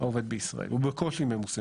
הוא בקושי ממוסה,